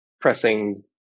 pressing